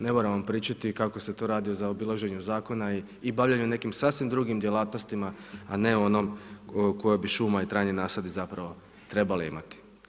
Ne moram vam pričati kako se to radi u zaobilaženju zakonu i bavljenju nekim sasvim drugim djelatnostima, a ne onom kojom bi šuma i trajni nasadi zapravo trebali imati.